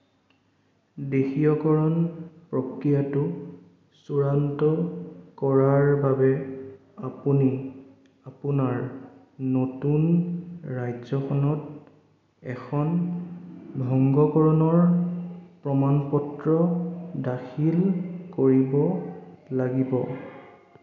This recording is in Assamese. দেশীয়কৰণ প্ৰক্ৰিয়াটো চূড়ান্ত কৰাৰ বাবে আপুনি আপোনাৰ নতুন ৰাজ্যখনত এখন ভংগকৰণৰ প্ৰমাণপত্ৰ দাখিল কৰিব লাগিব